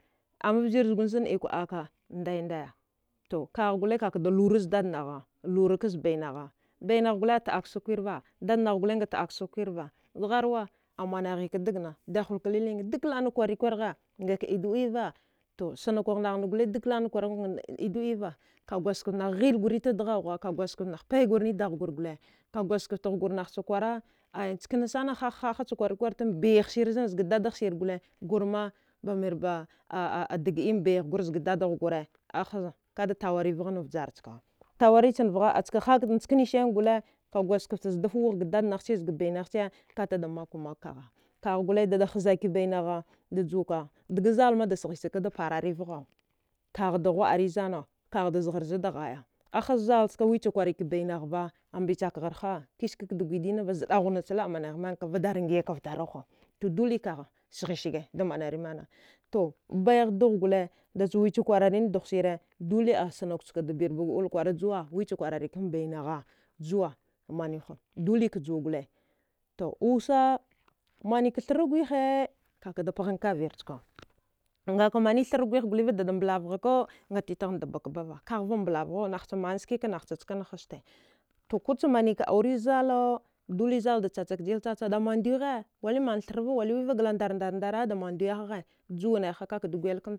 Amma vjir zgun zan ikwa əaka ndaidaya to kagh gole kakada lurazdad nagha lurakaz bainagha bainagh gole taəaksag kwirva dadnagh gole nga təaksag kwirva dgharwa amanaghika dagna dak laəna kwarikwargha ngaka ido iyava to snokagh naghna gole duk laəna kwarigha nga ido iyava kagwadjgaft nah ghilgurita dghughwa ka ghuwagaft nagh paigurni daghgur gole kagwadjgaftghgur nahcha kwara aya nchaknasana haha haha chakwararikwartan baihsir zga dadahsir gole gurma bamirba a daəiya bayaghgur zga dadaghgura aha kada tawari vghan vjar chka tawarichan vgha achka hak njkansani gole ka guwadjgaf zdafwaghda dadnaghchi zga bainaghche katada magkwa magkagha kagh gole dada hzaki bainagha dajuwaka dga zalma da sghisagtada parari vgha kaghda ghuwa. ari zana kaghda zgharzada ghaya ahazzal chka wicha kwaraki bainaghba abichakgharha kiskakda gwidinaba zəahunachlaə managhimankava dara ngyaka vdarauha dolikagha sghisaga da manari mana to baghan dugh gole dichawicha kwararin dughsire dole a snukchka da birban əul kwara juwa wicha kwararikan bainagha juwa maniwha golika juwa gole to wusa manika thra guwihe kakada pghan kavir chkan dada ngakada mani thra gwih goliva dada mblavghaka ngatitaghna da bakabava kaghva mblaghau nahcha manskika nahcha haste to kucha manika aurizzalau dolizalda chachakdil chachal damanda wighe wali manthava wali wiva glandardar ndar damanda wiyahgha juwaneha kakada gwayil.